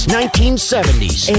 1970s